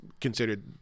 considered